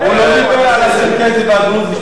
הוא לא דיבר על הצ'רקסים והדרוזים,